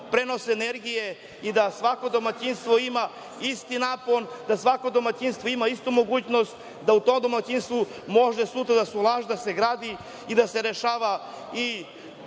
prenos energije i da svako domaćinstvo ima isti napon, da svako domaćinstvo ima istu mogućnost da u tom domaćinstvu može sutra da se ulaže, da se gradi i da se rešavaju